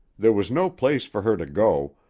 there was no place for her to go